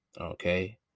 okay